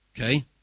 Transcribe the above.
okay